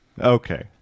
okay